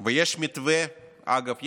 ואגב,